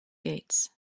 gates